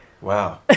Wow